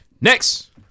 Next